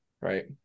right